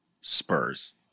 Spurs